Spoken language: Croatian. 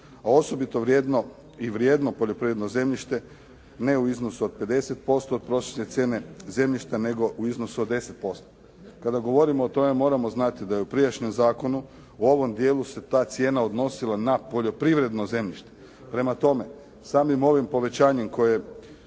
a osobito vrijedno i vrijedno poljoprivredno zemljište ne u iznosu od 50% od prosječne cijene zemljišta, nego u iznosu od 10%. Kada govorimo o tome moramo znati da je u prijašnjem zakonu u ovom dijelu se ta cijena odnosila na poljoprivredno zemljište. Prema tome, samim ovim povećanjem koje